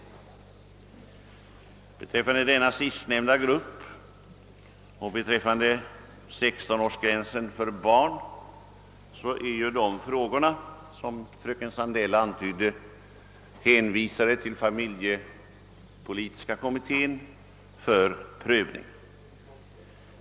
Frågan om denna sistnämnda grupp liksom frågan om 16 årsgränsen för barn är ju spörsmål som hänvisats till familjepolitiska kommittén för prövning.